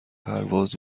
پرواز